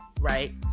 Right